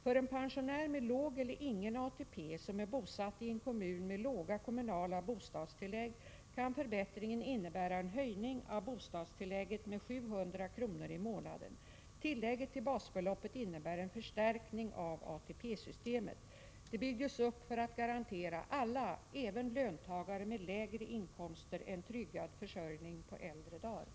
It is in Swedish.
För en pensionär med låg eller ingen ATP som är bosatt i en kommun med låga kommunala bostadstillägg kan förbättringen innebära en höjning av bostadstillägget med 700 kr. i månaden. Tillägget till basbeloppet innebär en förstärkning av ATP-systemet. Det byggdes upp för att garantera alla, även löntagare med lägre inkomster, en tryggad försörjning på äldre dagar.